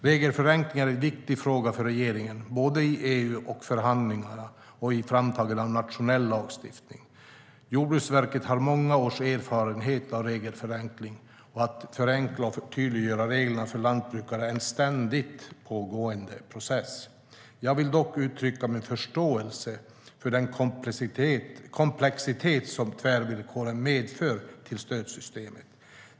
Regelförenkling är en viktig fråga för regeringen både i EU-förhandlingar och i framtagandet av nationell lagstiftning. Jordbruksverket har många års erfarenhet av regelförenkling, och att förenkla och tydliggöra reglerna för lantbrukare är en ständigt pågående process. Jag vill dock uttrycka min förståelse för den komplexitet som tvärvillkoren medför i stödsystemet.